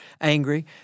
angry